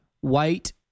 white